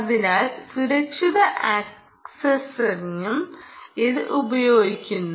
അതിനാൽ സുരക്ഷിത ആക്സസ്സിനും ഇത് ഉപയോഗിക്കുന്നു